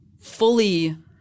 fully